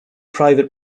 private